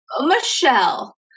Michelle